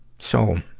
so,